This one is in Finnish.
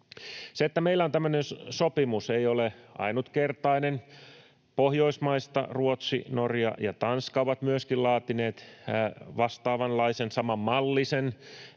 Se, että meillä on tämmöinen sopimus, ei ole ainutkertainen. Pohjoismaista Ruotsi, Norja ja Tanska ovat myöskin laatineet vastaavanlaisen, samanmallisen